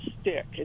stick